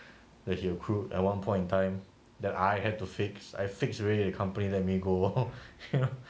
that he was accrued at one point in time that I had to fix I fixed already the company let me go here